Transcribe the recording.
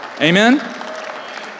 amen